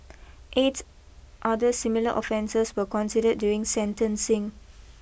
eight other similar offences were considered during sentencing